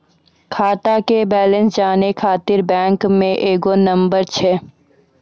खाता के बैलेंस जानै ख़ातिर बैंक मे एगो नंबर छै?